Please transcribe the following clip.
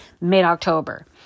mid-October